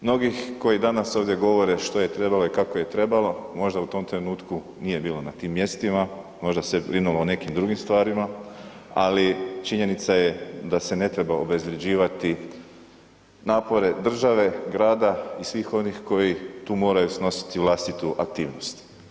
Mnogi koji danas ovdje govore što je trebalo i kako je trebalo možda u tom trenutku nije bilo na tim mjestima, možda se brinulo o nekim drugim stvarima, ali činjenica je da se ne treba obezvrjeđivati napore države, grada i svih onih koji tu moraju snositi vlastitu aktivnost.